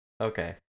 okay